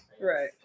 Right